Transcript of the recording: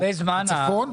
זה הרבה זמן מתנהל.